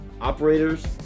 operators